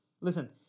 Listen